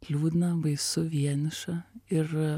liūdna baisu vieniša ir